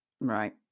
Right